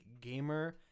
gamer